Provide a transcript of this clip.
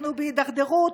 אנחנו בהידרדרות,